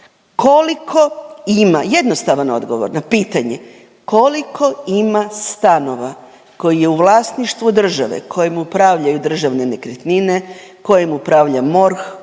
koliko ima, jednostavan odgovor na pitanje koliko ima stanova koji je u vlasništvu države kojim upravljaju Državne nekretnine, kojim upravlja MORH,